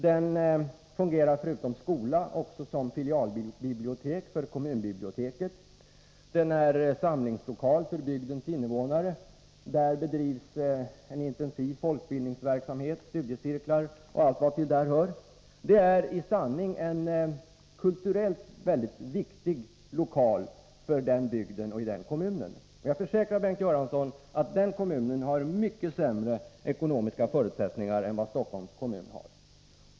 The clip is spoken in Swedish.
Den fungerar förutom som skola också som filialbibliotek för kommunbiblioteket. Den är samlingslokal för bygdens invånare. Där bedrivs en intensiv folkbildningsverksamhet med studiecirklar och allt vad därtill hör. Det är en i sanning kulturellt mycket viktig lokal för den bygden och den kommunen. Och jag försäkrar Bengt Göransson att den kommunen har mycket sämre ekonomiska förutsättningar än vad Stockholms kommun har.